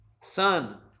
Son